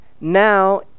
Now